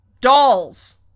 Dolls